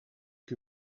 que